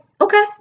okay